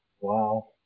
Wow